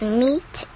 meet